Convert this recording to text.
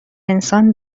انسان